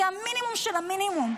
זה המינימום של המינימום.